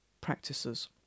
practices